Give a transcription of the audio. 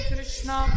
Krishna